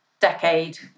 decade